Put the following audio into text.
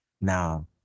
now